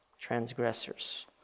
transgressors